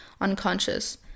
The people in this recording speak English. unconscious